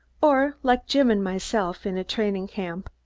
or, like jim and myself, in a training-camp,